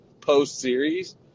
post-series